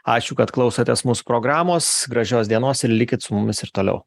ačiū kad klausotės mūsų programos gražios dienos ir likit su mumis ir toliau